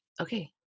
okay